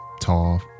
tall